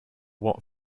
what